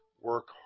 work